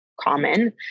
common